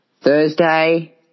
Thursday